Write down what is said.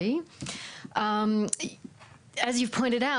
מאז 2003. כפי שציינתם,